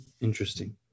Interesting